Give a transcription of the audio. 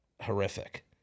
horrific